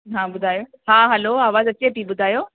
हा ॿुधायो हा हल्लो आवाज़ु अचे थी ॿुधायो